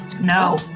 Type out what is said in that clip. No